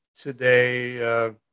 today